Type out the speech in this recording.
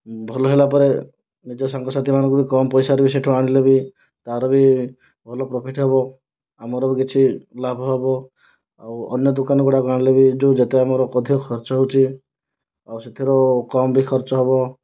ଭଲ ହେଲା ପରେ ନିଜ ସାଙ୍ଗସାଥି ମାନଙ୍କୁ ବି କମ୍ ପଇସାରେ ବି ସେଇଠୁ ଆଣିଲେ ବି ତାର ବି ଭଲ ପ୍ରଫିଟ୍ ହେବ ଆମର ବି କିଛି ଲାଭ ହେବ ଆଉ ଅନ୍ୟ ଦୋକାନ ଗୁଡ଼ାକ ଆଣିଲେ ବି ଯେଉଁ ଯେତେ ଆମର ମଧ୍ୟ ଖର୍ଚ୍ଚ ହେଉଛି ଆଉ ସେଥିରୁ କମ୍ ବି ଖର୍ଚ୍ଚ ହେବ